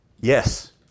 Yes